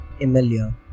Emilia